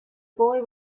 boy